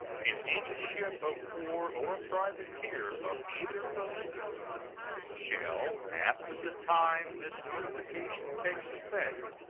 if any ship of war or privateer of either belligerent shall, after the time this notification takes effect,